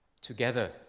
Together